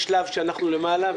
יש שלב שאנחנו למעלה,